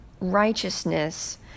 righteousness